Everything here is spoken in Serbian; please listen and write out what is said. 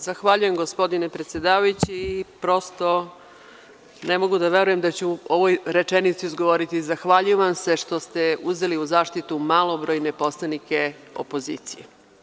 Zahvaljujem, gospodine predsedavajući i prosto ne mogu da verujem da ću ovu rečenicu izgovoriti – zahvaljujem vam se što ste uzeli u zaštitu malobrojne poslanike opozicije.